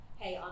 hey